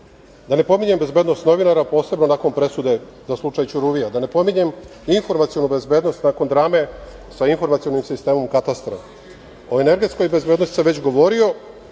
Da ne pominjem bezbednost novinara, posebno nakon presude za slučaj Ćuruvija. Da ne pominjem informacionu bezbednost nakon drame sa informacionim sistemom katastra. O energetskoj bezbednosti sam već govorio,